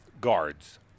guards